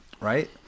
Right